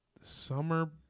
summer